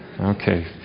Okay